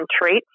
traits